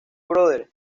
brother